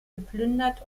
geplündert